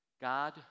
God